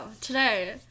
today